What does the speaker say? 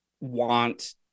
want